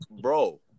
Bro